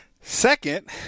Second